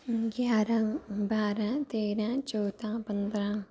ग्यारां बारां तेरां चौदां पंदरां